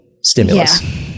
stimulus